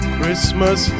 Christmas